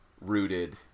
rooted